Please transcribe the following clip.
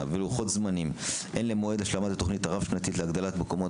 ולוחות זמנים הן למועד השלמת התכנית הרב-שנתית להגדלת מקומות